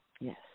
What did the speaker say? yes